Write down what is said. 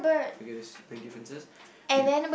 okay that's nine differences